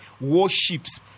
warships